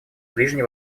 ближний